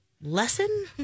lesson